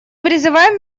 призываем